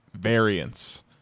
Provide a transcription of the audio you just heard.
Variance